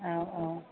औ औ